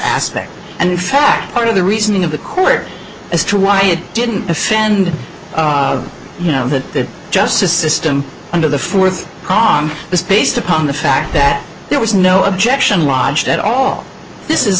aspect and in fact part of the reasoning of the court as to why it didn't offend you know that the justice system under the fourth kong based upon the fact that there was no objection lodged at all this is